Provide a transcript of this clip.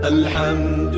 Alhamdulillah